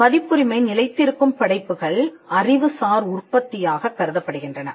பதிப்புரிமை நிலைத்திருக்கும் படைப்புகள் அறிவுசார் உற்பத்தியாகக் கருதப்படுகின்றன